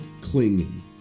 clinging